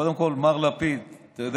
קודם כול, מר לפיד, אתה יודע,